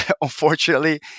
unfortunately